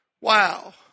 Wow